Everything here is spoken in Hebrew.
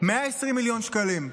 120 מיליון שקלים.